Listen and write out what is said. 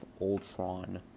Ultron